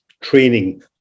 training